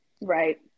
right